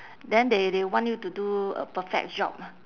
then they they want you to do a perfect job